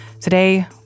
Today